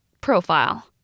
profile